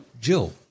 Jill